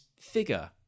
figure